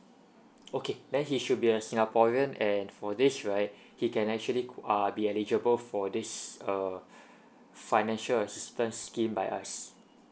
okay then he should be a singaporean and for this right he can actually could uh be eligible for this err financial assistance scheme by us